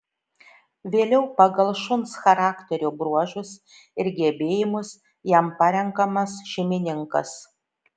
vėliau pagal šuns charakterio bruožus ir gebėjimus jam parenkamas šeimininkas